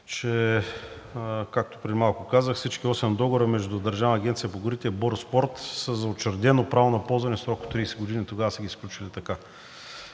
че както преди малко казах, всички 8 договора между Държавната агенция по горите и „Бороспорт“ са за учредено право на ползване в срок от 30 години. Тогава са ги сключили така.